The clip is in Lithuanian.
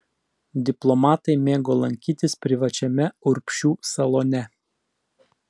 diplomatai mėgo lankytis privačiame urbšių salone